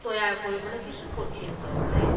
তৈয়াৰ কৰিবলৈ কিছু কঠিন হৈ পৰে